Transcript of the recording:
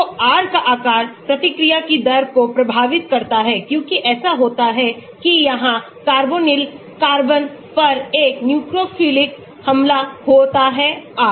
तो R का आकार प्रतिक्रिया की दर को प्रभावित करता है क्योंकि ऐसा होता है कि यहां कार्बोनिल कार्बन पर एक न्यूक्लियोफिलिक हमला होता है R